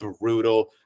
brutal